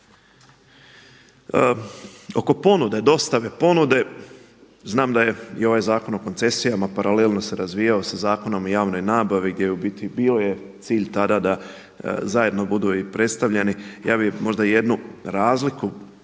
Oko ponude, dostave ponude znam da je i ovaj Zakon o koncesijama paralelno se razvijao sa Zakonom i o javnoj nabavi gdje u biti, bio je cilj tada da zajedno budu i predstavljeni. Ja bih možda jednu razliku